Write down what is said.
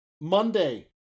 Monday